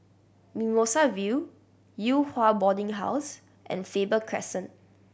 Mimosa View Yew Hua Boarding House and Faber Crescent